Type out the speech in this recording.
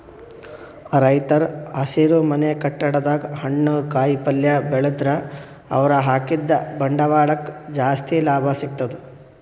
ರೈತರ್ ಹಸಿರುಮನೆ ಕಟ್ಟಡದಾಗ್ ಹಣ್ಣ್ ಕಾಯಿಪಲ್ಯ ಬೆಳದ್ರ್ ಅವ್ರ ಹಾಕಿದ್ದ ಬಂಡವಾಳಕ್ಕ್ ಜಾಸ್ತಿ ಲಾಭ ಸಿಗ್ತದ್